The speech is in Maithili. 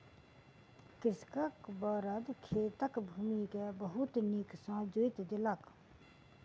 कृषकक बड़द खेतक भूमि के बहुत नीक सॅ जोईत देलक